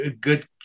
Good